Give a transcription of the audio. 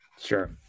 Sure